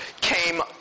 came